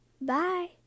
Bye